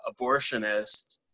abortionist